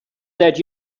that